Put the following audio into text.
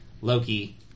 Loki